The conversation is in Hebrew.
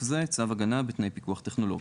זה צו הגנה בתנאי פיקוח טכנולוגי):